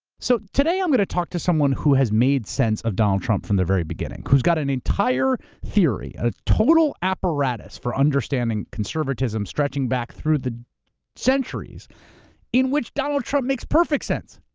so today i'm gonna talk to someone who has made sense of donald trump from the very beginning, who's got an entire theory, a total apparatus for understanding conservatism stretching back through the centuries in which donald trump makes perfect sense.